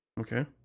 Okay